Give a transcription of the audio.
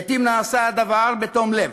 לעתים נעשה הדבר בתום לב,